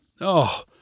Oh